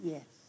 Yes